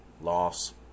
Loss